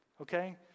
Okay